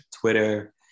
twitter